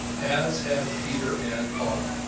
as had peter and paul.